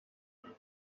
gmbh